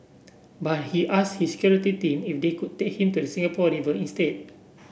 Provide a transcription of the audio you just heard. but he ask his security team if they could take him to the Singapore River instead